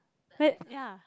wait ya